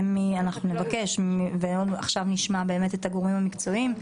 אנחנו נבקש ונשמע את הגורמים המקצועיים,